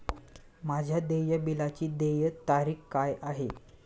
माझ्या देय बिलाची देय तारीख काय आहे?